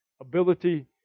ability